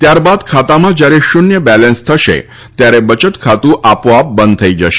ત્યારબાદ ખાતામાં જ્યારે શૂન્ય બેલેન્સ થશે ત્યારે બચત ખાતું આપોઆપ બંધ થઈ જશે